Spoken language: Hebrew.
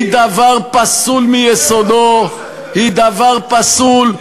היא דבר פסול מיסודו, היא דבר פסול.